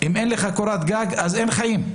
אם אין קורת גג אין חיים.